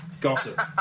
Gossip